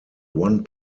one